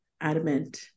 adamant